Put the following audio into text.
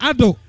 Ado